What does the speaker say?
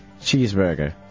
cheeseburger